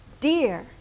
dear